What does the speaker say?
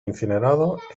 incinerados